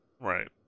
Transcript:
Right